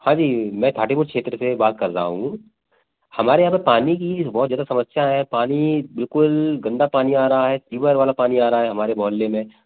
हाँ जी मैं थाटेपुर क्षेत्र से बात कर रहा हूँ हमारे यहाँ पर पानी की बहुत जादा समस्या है पानी बिल्कुल गंदा पानी आ रहा है सीवर वाला पानी आ रहा है हमारे मोहल्ले में